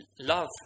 love